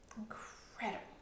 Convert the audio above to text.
incredible